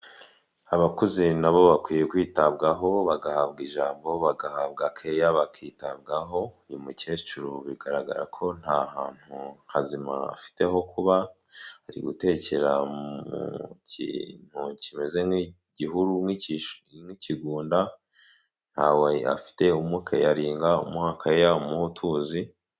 Abakuze nabo bakwiye kwitabwaho, bagahabwa ijambo bagahabwa keya, bakitabwaho, uyu mukecuru bigaragara ko nta hantu hazima afite ho kuba, ari gutekera mu kintu kimeze nk'igihuru, nk'ikigunda ntawe afite umukeyaringa umuha keya umuha utuzi.